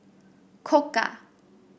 Koka